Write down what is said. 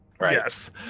Yes